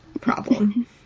problem